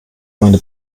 meine